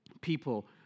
People